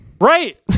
Right